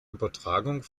übertragung